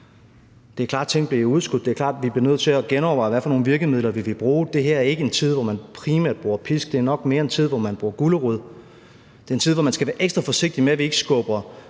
det er klart, at ting blev udskudt; det er klart, at vi blev nødt til at genoverveje, hvad for nogle virkemidler vi ville bruge. Det her er ikke en tid, hvor man primært bruger pisk; det er nok mere en tid, hvor man bruger gulerod. Det er en tid, hvor man skal være ekstra forsigtig med ikke at skubbe